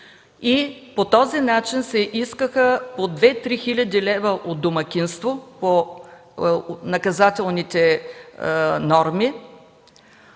По този начин се искаха по две три хиляди лева от домакинство по наказателните норми.